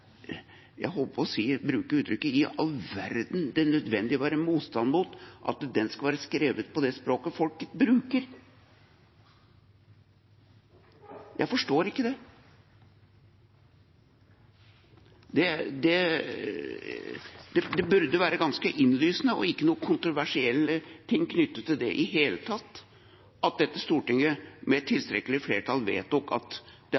å være motstander av at den skal være skrevet på det språket folk bruker? Jeg forstår ikke det. Det burde være ganske innlysende og ikke noe kontroversielt i det hele tatt om dette stortinget med tilstrekkelig flertall vedtok at det